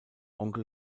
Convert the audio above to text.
onkel